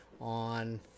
on